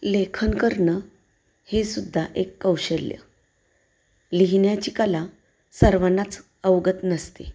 लेखन करणं हे सुद्धा एक कौशल्य लिहिण्याची कला सर्वांनाच अवगत नसते